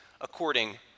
according